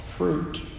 fruit